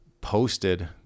posted